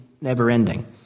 never-ending